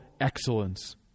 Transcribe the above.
excellence